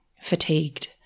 fatigued